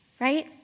right